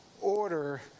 order